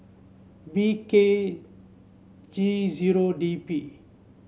B K G zero D P